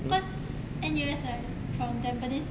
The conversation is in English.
cause N_U_S right from tampines